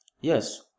Yes